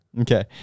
Okay